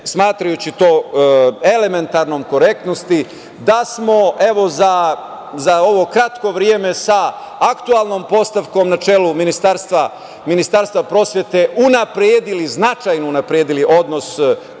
smatrajući to elementarnom korektnosti, da smo za ovo kratko vreme sa aktuelnom postavkom na čelu Ministarstva prosvete unapredili, značajno unapredili odnos koji